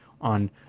on